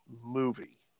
movie